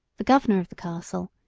the governor of the castle,